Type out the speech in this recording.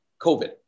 COVID